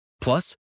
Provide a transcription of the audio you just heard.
Plus